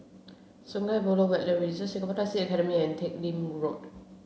Sungei Buloh Wetland Reserve Singapore Taxi Academy and Teck Lim Road